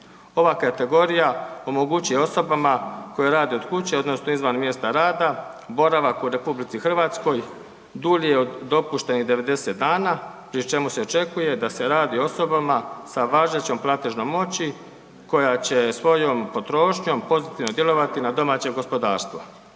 Ova kategorija omogućuje osobama koje rade od kuće odnosno izvan mjesta rada boravak u RH dulji od dopuštenih 90 dana pri čemu se očekuje da se radi o osobama sa važećom platežnom moći koja će svojom potrošnjom pozitivno djelovati na domaće gospodarstvo.